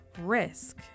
risk